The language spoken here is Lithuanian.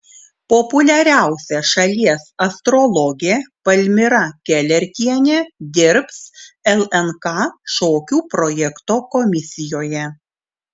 populiariausia šalies astrologė palmira kelertienė dirbs lnk šokių projekto komisijoje